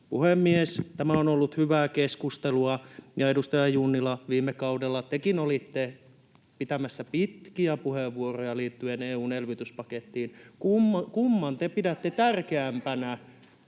Puhemies! Tämä on ollut hyvää keskustelua. Edustaja Junnila, viime kaudella tekin olitte pitämässä pitkiä puheenvuoroja liittyen EU:n elvytyspakettiin. [Katri Kulmunin